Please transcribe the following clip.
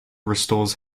restores